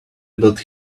about